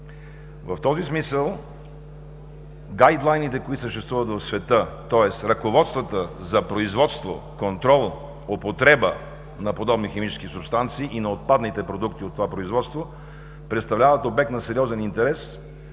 В този смисъл гайдлайните, които съществуват в света, тоест ръководствата за производство, контрол, употреба на подобни химически субстанции и на отпадните продукти от това производство представляват обект на сериозен интерес,